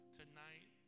tonight